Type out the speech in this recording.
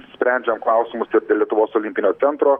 sprendžiam klausimus ir dėl lietuvos olimpinio centro